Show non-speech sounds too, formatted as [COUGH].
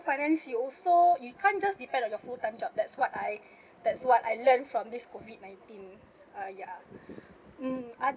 finance you also you can't just depend on your full time job that's what I [BREATH] that's what I learn from this COVID nineteen ah ya [BREATH] um I